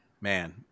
man